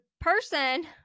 person